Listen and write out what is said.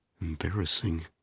embarrassing